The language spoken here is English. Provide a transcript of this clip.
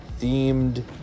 themed